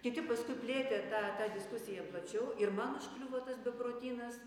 kiti paskui plėtė tą tą diskusiją plačiau ir man užkliuvo tas beprotynas